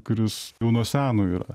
kuris jau nuo seno yra